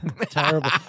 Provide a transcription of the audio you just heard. Terrible